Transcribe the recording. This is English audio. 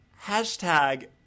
Hashtag